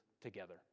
together